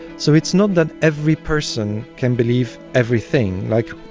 so it's not that every person can believe everything. like,